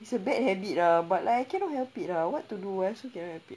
it's a bad habit ah but like I cannot help it lah what to do wo also cannot help it